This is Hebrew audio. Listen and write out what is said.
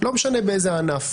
לא משנה באיזה ענף,